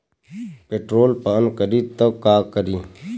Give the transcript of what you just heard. Petrol पान करी त का करी?